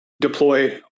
deploy